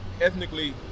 ethnically